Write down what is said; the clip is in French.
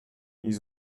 ils